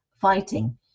fighting